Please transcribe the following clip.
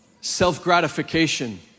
Self-gratification